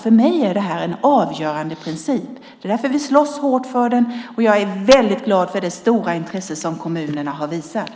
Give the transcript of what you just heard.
För mig är det en avgörande princip. Det är därför vi slåss hårt för den, och jag är väldigt glad för det stora intresse som kommunerna har visat.